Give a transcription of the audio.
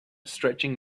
stretching